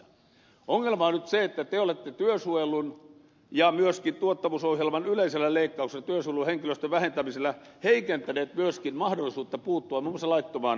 ongelma on nyt se että te olette työsuojelun ja myöskin tuottavuusohjelman yleisellä leikkauksella työsuojeluhenkilöstön vähentämisellä heikentäneet myöskin mahdollisuutta puuttua muun muassa laittomaan työntekoon